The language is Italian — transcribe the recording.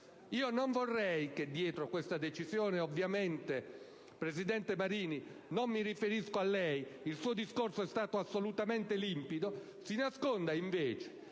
Io non vorrei che dietro questa decisione - ovviamente, presidente Marini, non mi riferisco a lei: il suo discorso è stato assolutamente limpido - si nasconda invece